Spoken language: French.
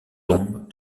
tombe